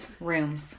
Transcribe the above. rooms